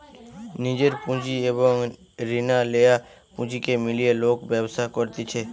নিজের পুঁজি এবং রিনা লেয়া পুঁজিকে মিলিয়ে লোক ব্যবসা করতিছে